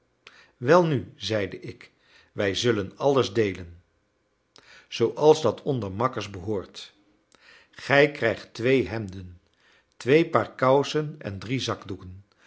welnu zeide ik wij zullen alles deelen zooals dat onder makkers behoort gij krijgt twee hemden twee paar kousen en drie zakdoeken